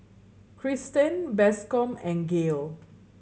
Cristen Bascom and Gael